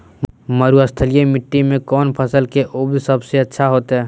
मरुस्थलीय मिट्टी मैं कौन फसल के उपज सबसे अच्छा होतय?